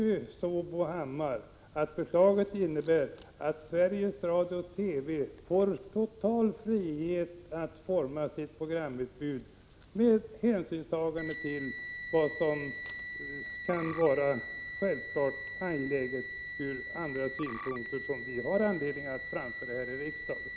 Bo Hammar, förslaget innebär att Sveriges Radio och TV får total frihet att forma sitt programutbud med hänsynstagande till vad som kan vara angeläget från andra synpunkter som vi har anledning att framföra här i riksdagen.